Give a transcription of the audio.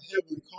heavenly